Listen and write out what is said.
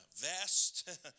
vest